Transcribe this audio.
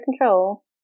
control